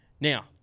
now